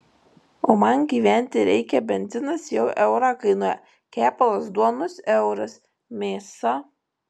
o man gyventi reikia benzinas jau eurą kainuoja kepalas duonos euras mėsa